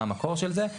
מה המקור של זה,